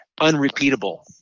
unrepeatable